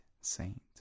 saint